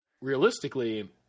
realistically